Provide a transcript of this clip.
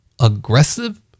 aggressive